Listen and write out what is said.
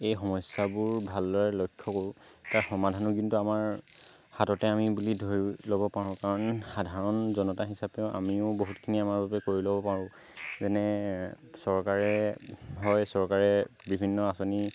এই সমস্য়াবোৰ ভালদৰে লক্ষ্য় কৰোঁ তাৰ সমাধানো কিন্তু আমাৰ হাততে আমি বুলি ধৰি ল'ব পাৰোঁ কাৰণ সাধাৰণ জনতা হিচাপেও আমিও বহুতখিনি আমাৰ বাবে কৰি ল'ব পাৰোঁ যেনে চৰকাৰে হয় চৰকাৰে বিভিন্ন আঁচনি